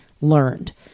learned